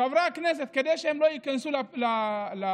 חברי הכנסת, כדי שהם ייכנסו לנורבגי,